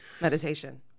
meditation